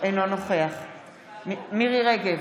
אינו נוכח מירי מרים רגב,